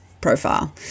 profile